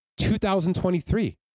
2023